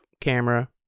camera